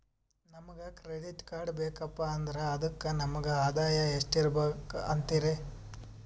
ನಮಗ credit card ಬೇಕಪ್ಪ ಅಂದ್ರ ಅದಕ್ಕ ನಮಗ ಆದಾಯ ಎಷ್ಟಿರಬಕು ಅಂತೀರಿ?